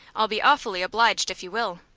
i'll be awfully obliged if you will.